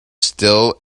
still